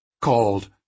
called